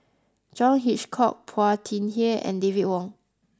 John Hitchcock Phua Thin Kiay and David Wong